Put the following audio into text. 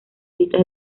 lista